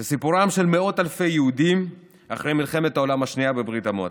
זה סיפורם של מאות אלפי יהודים אחרי מלחמת העולם השנייה בברית המועצות.